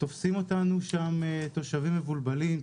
תופסים אותנו שם תושבים מבולבלים,